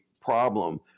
problem